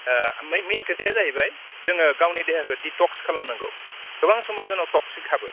मेइन खोथाया जाहैबाय जोङो गावनि देहाखौ डिटक्स खालामनांगौ गोबां समाव जोंनाव टक्सिक हाबो